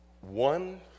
one